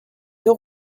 deux